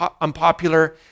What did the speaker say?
unpopular